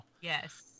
Yes